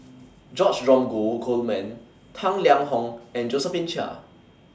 George Dromgold Coleman Tang Liang Hong and Josephine Chia